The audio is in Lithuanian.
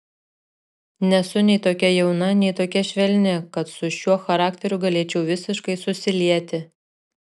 nesu nei tokia jauna nei tokia švelni kad su šiuo charakteriu galėčiau visiškai susilieti